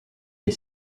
est